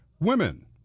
women